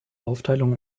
aufteilung